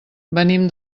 venim